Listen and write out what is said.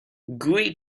gooey